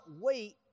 wait